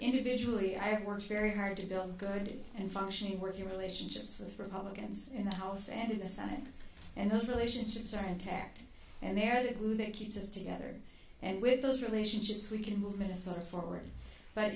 individually i have worked very hard to build a good and functioning working relationships with republicans in the house and in the senate and the relationships are intact and there it keeps us together and with those relationships we can move minnesota forward but